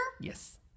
Yes